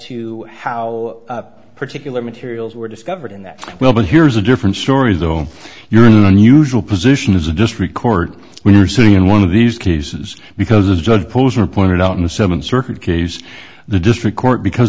to how particular materials were discovered that well but here's a different story though you're in an unusual position as a district court when you're sitting in one of these cases because the judge posner pointed out in the seventh circuit case the district court because